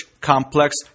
complex